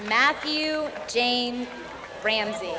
matthew jane ramsey